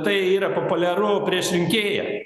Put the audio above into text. tai yra populiaru prieš rinkėją